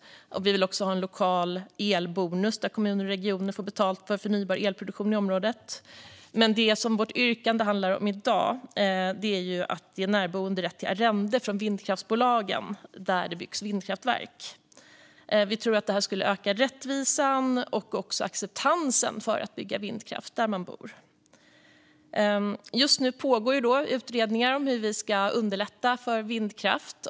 Vi vill också ha en lokal elbonus där kommuner och regioner får betalt för förnybar elproduktion i området. Vårt yrkande i dag handlar om att ge närboende rätt till arrende från vindkraftsbolagen där det byggs vindkraftverk. Vi tror att det skulle öka rättvisan och även acceptansen för att det byggs vindkraft där man bor. Just nu pågår utredningar om hur vi ska underlätta för vindkraft.